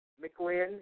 McLean